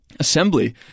assembly